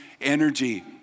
energy